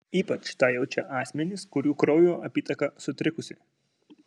ypač tą jaučia asmenys kurių kraujo apytaka sutrikusi